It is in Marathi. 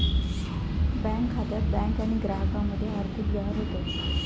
बँक खात्यात बँक आणि ग्राहकामध्ये आर्थिक व्यवहार होतत